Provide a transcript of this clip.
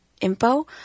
info